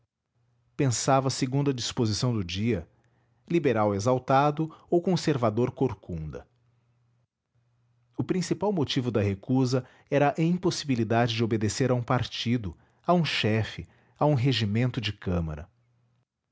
pensava segundo a disposição do dia liberal exaltado ou conservador corcunda o principal motivo da recusa era a impossibilidade de obedecer a um partido a um chefe a um regimento de câmara